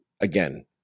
again